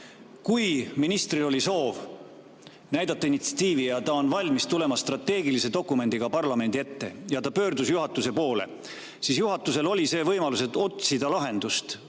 Kui ministril oli soov näidata initsiatiivi ja ta on valmis tulema strateegilise dokumendiga parlamendi ette ja ta pöördus juhatuse poole, siis juhatusel oli võimalus otsida